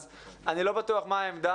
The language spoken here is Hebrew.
אז אני לא בטוח מה העמדה.